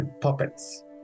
puppets